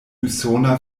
usona